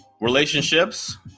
relationships